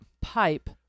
pipe